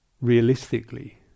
realistically